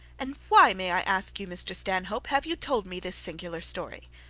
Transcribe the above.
and why, may i ask you, mr stanhope, have you told me this singular story?